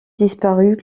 disparu